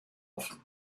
offen